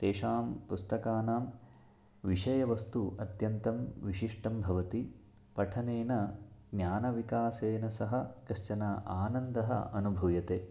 तेषां पुस्तकानां विषयवस्तुः अत्यन्तं विशिष्टं भवति पठनेन ज्ञानविकासेनसह कश्चन आनन्दः अनुभूयते